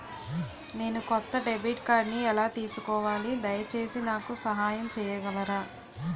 నేను కొత్త డెబిట్ కార్డ్ని ఎలా తీసుకోవాలి, దయచేసి నాకు సహాయం చేయగలరా?